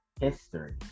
history